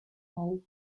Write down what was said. all